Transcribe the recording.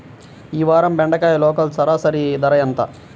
ఈ వారం బెండకాయ లోకల్ సరాసరి ధర ఎంత?